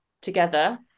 together